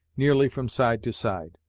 nearly from side to side.